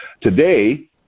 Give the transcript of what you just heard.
today